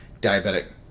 diabetic